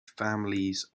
families